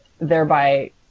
thereby